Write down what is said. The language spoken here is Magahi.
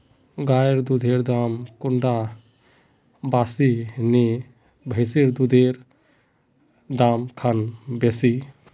गायेर दुधेर दाम कुंडा बासी ने भैंसेर दुधेर र दाम खान बासी?